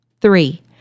Three